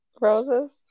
Roses